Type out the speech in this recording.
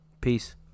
peace